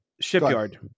shipyard